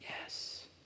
Yes